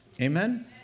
Amen